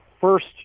first